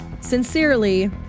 Sincerely